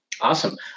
Awesome